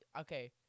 Okay